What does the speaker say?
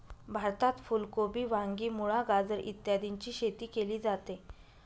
भारतात फुल कोबी, वांगी, मुळा, गाजर इत्यादीची शेती केली जाते